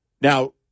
now